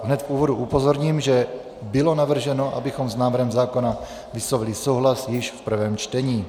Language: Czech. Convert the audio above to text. Hned v úvodu upozorním, že bylo navrženo, abychom s návrhem zákona vyslovili souhlas již v prvém čtení.